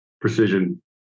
precision